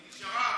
היא נשארה העבודה.